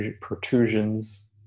protrusions